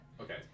Okay